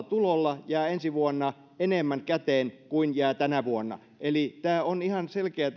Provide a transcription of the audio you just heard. tulolla jää ensi vuonna enemmän käteen kuin jää tänä vuonna tämä muutos on ihan selkeä